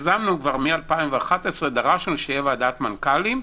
יזמנו מ-2011, דרשנו שתהיה ועדת מנכ"לים,